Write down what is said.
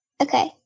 Okay